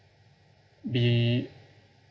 be